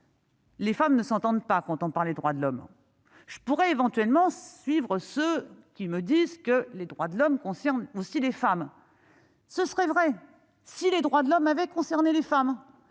les femmes ne se reconnaissent pas quand on parle de « droits de l'homme ». Je pourrais éventuellement suivre ceux qui me disent que les droits de l'homme concernent aussi les femmes. Ce serait vrai si les droits de l'homme avaient concerné les femmes.